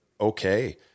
okay